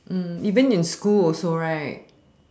(mm)even in school also right